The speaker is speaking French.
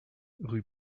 rue